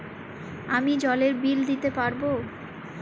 আমি জলের বিল দিতে পারবো?